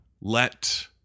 let